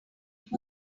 site